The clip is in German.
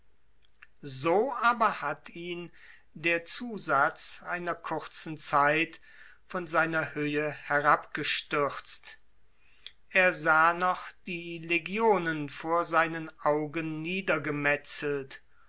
so aber hat ihn der zusatz einer kurzen zeit von seiner höhe herabgestürzt er sah die legionen vor seinen augen niedergemetzelt